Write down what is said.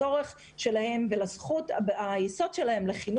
לצורך שלהם ולזכות היסוד שלהם לחינוך לכל ילד.